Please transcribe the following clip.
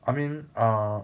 I mean err